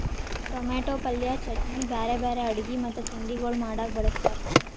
tomato ಪಲ್ಯ, ಚಟ್ನಿ, ಬ್ಯಾರೆ ಬ್ಯಾರೆ ಅಡುಗಿ ಮತ್ತ ತಿಂಡಿಗೊಳ್ ಮಾಡಾಗ್ ಬಳ್ಸತಾರ್